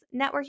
networking